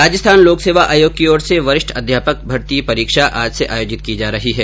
राज्य लोक सेवा आयोग की ओर से वरिष्ठ अध्यापक भर्ती परीक्षा आज से आयोजित की जा रही है